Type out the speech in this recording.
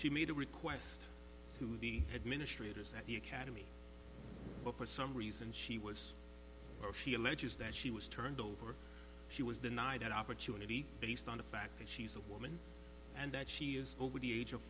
she made a request to the administrators at the academy but for some reason she was so she alleges that she was turned over she was denied that opportunity based on the fact that she's a woman and that she is over the age of